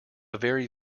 very